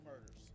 murders